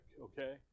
okay